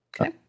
Okay